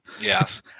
Yes